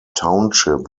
township